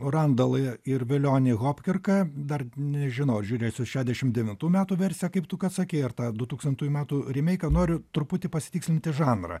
randalą ir velionį hopkirką dar nežinau ar žiūrėsiu šešdešim devintų metų versiją kaip tu kad sakei ar tą dutūkstantųjų metų rymeiką noriu truputį pasitikslinti žanrą